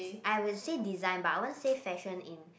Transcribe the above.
I will say design but I don't say fashion in